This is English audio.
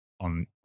on